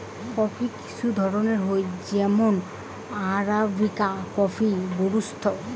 coffee কিসু ধরণের হই যেমন আরাবিকা কফি, রোবুস্তা